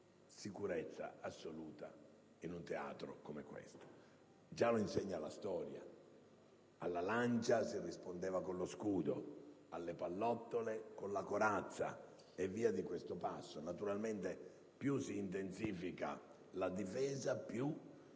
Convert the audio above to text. sicurezza assoluta, in un teatro come questo. Ce lo insegna la storia: alla lancia si rispondeva con lo scudo, alle pallottole con la corazza, e via di questo passo. Naturalmente, più si intensifica la difesa e più chi